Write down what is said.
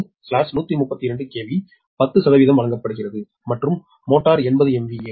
8 132 KV 10 வழங்கப்படுகிறது மற்றும் motor 80 MVA 10